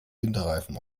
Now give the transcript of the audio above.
winterreifen